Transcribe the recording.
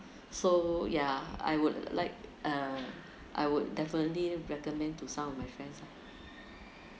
so ya I would like uh I would definitely recommend to some of my friends